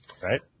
right